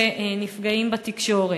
שנפגעים בתקשורת,